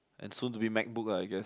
and soon to be Mac Book ah I guess